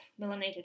Melanated